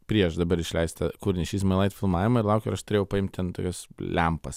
prieš dabar išleistą kūrinį šys mai laif filmavimą ir laukiau ir aš turėjau paimti ten tokias lempas